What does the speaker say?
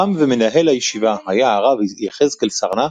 ר"מ ומנהל הישיבה היה הרב יחזקאל סרנא,